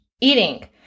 eating